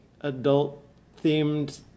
adult-themed